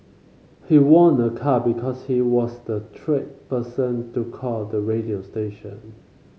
she won a car because she was the twelfth person to call the radio station